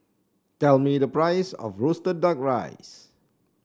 tell me the price of roasted duck rice